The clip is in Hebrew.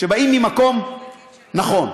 באים ממקום נכון,